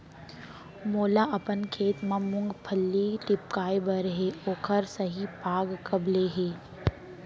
मोला अपन खेत म मूंगफली टिपकाय बर हे ओखर सही पाग कब ले हे?